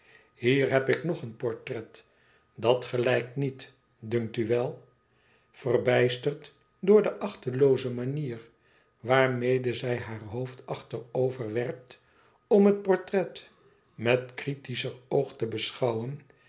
hier heb ik nog een portret dat gelijkt niet dtmkt u wel verbijsterd door de achtelooze manier waarmede zij haar hoofd achteroverwerpt om het portret met critischer oog te beschouwen